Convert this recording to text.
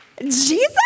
Jesus